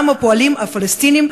גם הפועלים הפלסטינים.